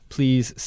Please